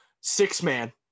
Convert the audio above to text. Six-man